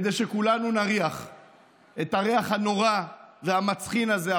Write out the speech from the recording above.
כדי שכולנו נריח את הריח הנורא והמצחין הזה,